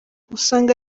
usanga